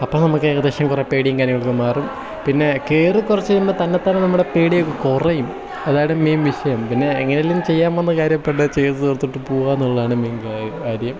അപ്പോൾ നമുക്ക് ഏകദേശം കുറേ പേടിയും കാര്യങ്ങളൊക്കെ മാറും പിന്നെ കയറി കുറച്ചു കഴിയുമ്പോൾ തന്നെതാനെ നമ്മുടെ പേടിയൊക്കെ കുറയും അതാണ് മെയിൻ വിഷയം പിന്നെ എങ്ങനെയെങ്കിലും ചെയ്യാൻ പോകുന്ന കാര്യം പണ്ടേ ചെയ്തു തീർത്തിട്ട് പോവുക എന്നുള്ളതാണ് മെയിൻ കാര്യം